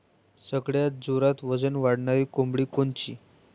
सगळ्यात जोरात वजन वाढणारी कोंबडी कोनची?